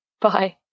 Bye